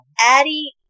Addie